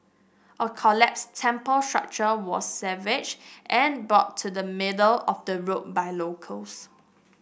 a collapsed temple structure was salvaged and brought to the middle of the road by locals